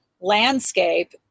landscape